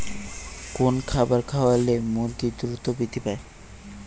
কোন খাবার খাওয়ালে মুরগি দ্রুত বৃদ্ধি পায়?